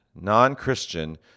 non-Christian